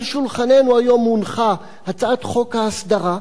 על שולחננו היום הונחה הצעת חוק ההסדרה.